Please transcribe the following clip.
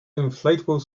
inflatable